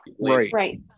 Right